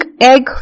egg